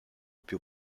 più